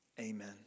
Amen